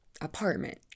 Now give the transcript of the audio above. Apartment